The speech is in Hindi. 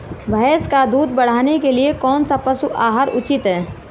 भैंस का दूध बढ़ाने के लिए कौनसा पशु आहार उचित है?